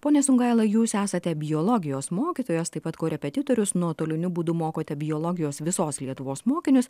pone sungaila jūs esate biologijos mokytojas taip pat korepetitorius nuotoliniu būdu mokote biologijos visos lietuvos mokinius